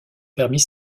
permit